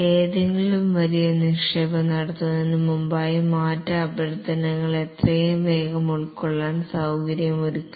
ഏതെങ്കിലും വലിയ നിക്ഷേപം നടത്തുന്നതിന് മുമ്പായി മാറ്റ അഭ്യർത്ഥനകൾ എത്രയും വേഗം ഉൾക്കൊള്ളാൻ സൌകര്യമൊരുക്കുക